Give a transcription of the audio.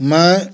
मैं